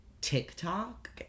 TikTok